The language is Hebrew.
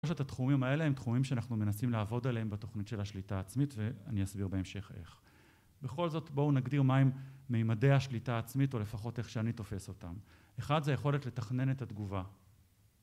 את התחומים האלה הם תחומים שאנחנו מנסים לעבוד עליהם בתוכנית של השליטה העצמית, ואני אסביר בהמשך איך. בכל זאת, בואו נגדיר מהם ממדי השליטה העצמית, או לפחות איך שאני תופס אותם. אחד זה היכולת לתכנן את התגובה.